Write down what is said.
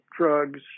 drugs